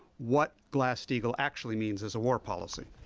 what glass-steagall actually means as a war policy?